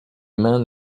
man